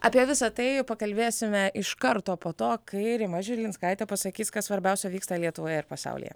apie visa tai pakalbėsime iš karto po to kai rima žilinskaitė pasakys kas svarbiausia vyksta lietuvoje ir pasaulyje